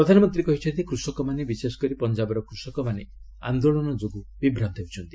ପ୍ରଧାନମନ୍ତ୍ରୀ କହିଛନ୍ତି କୂଷକମାନେ ବିଶେଷ କରି ପଞ୍ଜାବର କୃଷକମାନେ ଆନ୍ଦୋଳନ ଯୋଗୁଁ ବିଭ୍ରାନ୍ତ ହେଉଛନ୍ତି